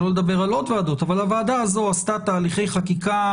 שלא לדבר על עוד ועדות עשתה תהליכי חקיקה